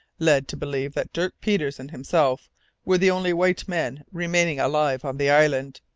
led to believe that dirk peters and himself were the only white men remaining alive on the island.